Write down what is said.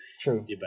True